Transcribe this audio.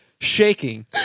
shaking